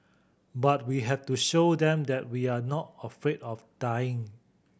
but we have to show them that we are not afraid of dying